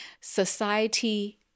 society